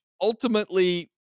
ultimately